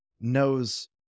knows